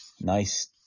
nice –